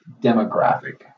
demographic